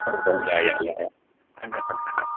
हो बरं या या या या सांगा सांगा सांगा